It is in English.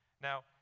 Now